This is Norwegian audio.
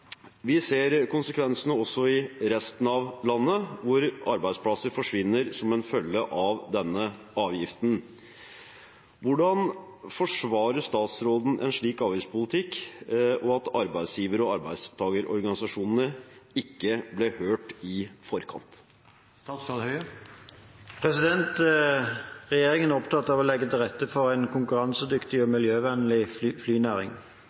Vi ser konsekvensene også i resten av landet hvor arbeidsplasser forsvinner som følge av denne avgiften. Hvordan forsvarer statsråden en slik avgiftspolitikk og at arbeidsgiver og arbeidstagerorganisasjonene ikke ble hørt i forkant?» Regjeringen er opptatt av å legge til rette for en konkurransedyktig og miljøvennlig flynæring.